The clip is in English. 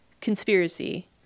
conspiracy